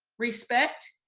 respect,